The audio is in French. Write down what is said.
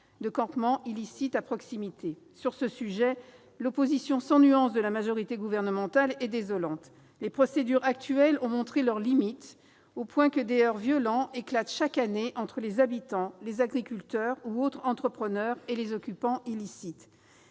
de campements illicites à proximité. Sur ce sujet, l'opposition sans nuance de la majorité gouvernementale est désolante. Les procédures actuelles ont montré leurs limites, au point que des heurts violents éclatent, chaque année, entre les habitants, les agriculteurs ou autres entrepreneurs et les occupants illicites.